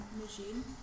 machine